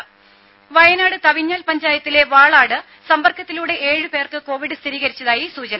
രുമ വയനാട് തവിഞ്ഞാൽ പഞ്ചായത്തിലെ വാളാട് സമ്പർക്കത്തിലൂടെ ഏഴു പേർക്ക് കോവിഡ് സ്ഥിരീകരിച്ചതായി സൂചന